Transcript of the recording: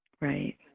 Right